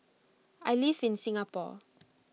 I live in Singapore